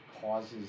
causes